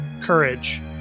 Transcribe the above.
courage